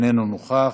אינו נוכח,